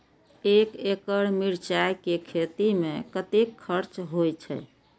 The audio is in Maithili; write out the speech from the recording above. एक एकड़ मिरचाय के खेती में कतेक खर्च होय छै?